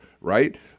right